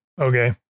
Okay